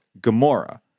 Gamora